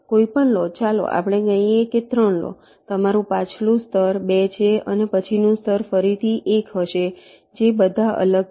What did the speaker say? કોઈપણ લો ચાલો આપણે કહીએ કે 3 લો તમારું પાછલું સ્તર 2 છે અને પછીનું સ્તર ફરીથી 1 હશે જે બધા અલગ છે